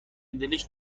دلش